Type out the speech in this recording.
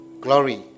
Glory